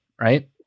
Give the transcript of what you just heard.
right